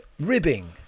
ribbing